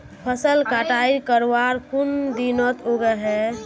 फसल कटाई करवार कुन दिनोत उगैहे?